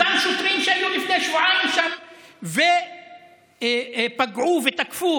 אותם שוטרים שהיו לפני שבועיים שם ופגעו, ותקפו